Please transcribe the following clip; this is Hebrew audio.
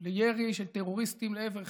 על ירי של טרוריסטים לעבר חברון,